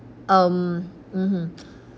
um mmhmm